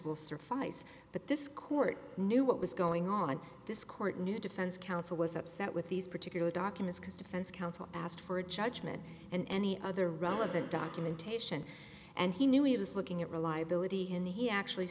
will suffice but this court knew what was going on this court knew defense counsel was upset with these particular documents because defense counsel asked for a judgment and any other relevant documentation and he knew he was looking at reliability in the he actually